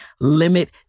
Limit